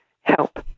help